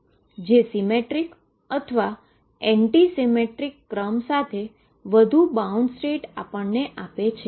જે symmetric anti સીમેટ્રીકના ક્રમ સાથે વધુ બાઉન્ડ સ્ટેટ આપે છે